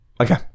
Okay